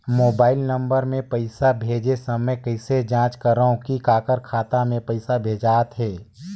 Mobile नम्बर मे पइसा भेजे समय कइसे जांच करव की काकर खाता मे पइसा भेजात हे?